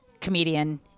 comedian